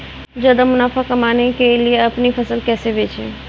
ज्यादा मुनाफा कमाने के लिए अपनी फसल को कैसे बेचें?